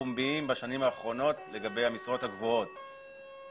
הפומביים בשנים האחרונות לגבי המשרות הגבוהות